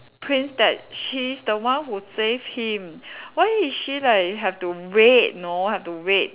prince that she is the one who save him why is she like have to wait know have to wait